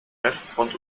westfront